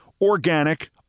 organic